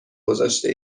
گذاشته